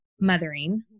mothering